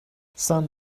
san